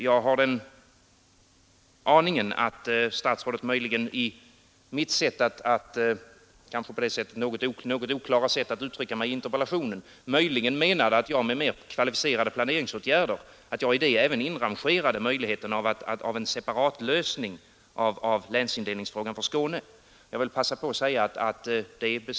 Jag kan ana att statsrådet av mitt kanske något oklara sätt att uttrycka mig i interpellationen fick uppfattningen att jag i ”mera kvalificerade planeringsåtgärder” även inrangerade möjligheten till en separat lösning av länsindelningsfrågan för Skåne.